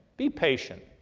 be patient.